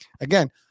Again